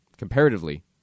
Comparatively